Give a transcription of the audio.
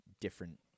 different